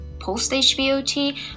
post-hbot